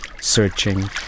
searching